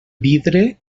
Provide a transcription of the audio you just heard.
vidre